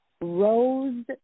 rose